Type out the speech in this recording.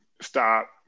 Stop